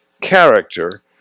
character